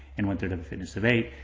and one third of a fitness of eight.